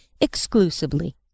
exclusively